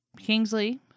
Kingsley